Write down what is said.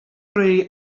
rhai